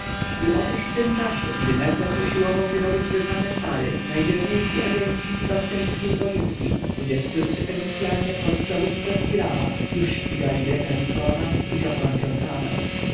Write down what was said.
i otóż w tym czasie gdy mefres usiłował wydobyć zeznanie sary najdzielniejsi agenci pi-basteńskiej policji tudzież wszyscy fenicjanie pod przewództwem hirama już ścigali greka lykona i kapłankę kamę